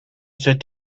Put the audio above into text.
sit